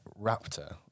raptor